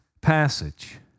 passage